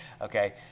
Okay